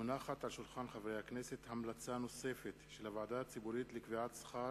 מונחת על שולחן חברי הכנסת המלצה נוספת של הוועדה הציבורית לקביעת שכר